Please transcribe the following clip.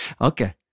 Okay